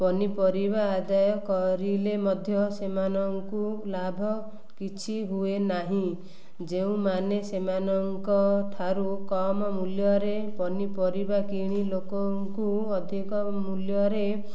ପନିପରିବା ଆଦାୟ କରିଲେ ମଧ୍ୟ ସେମାନଙ୍କୁ ଲାଭ କିଛି ହୁଏ ନାହିଁ ଯେଉଁମାନେ ସେମାନଙ୍କ ଠାରୁ କମ ମୂଲ୍ୟରେ ପନିପରିବା କିଣି ଲୋକଙ୍କୁ ଅଧିକ ମୂଲ୍ୟରେ